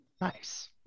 Nice